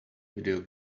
video